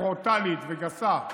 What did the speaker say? ברוטלית וגסה.